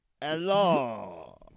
Hello